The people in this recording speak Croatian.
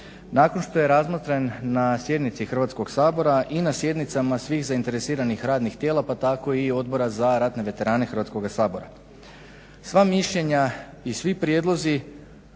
Nakon što je razmotren na sjednici Hrvatskog sabora i na sjednicama svih zainteresiranih radnih tijela pa tako i Odbora za ratne veterana Hrvatskoga sabora. Sva mišljenja i svi prijedlozi